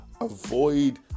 avoid